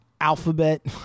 Alphabet